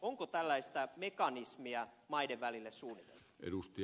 onko tällaista mekanismia maiden välille suunniteltu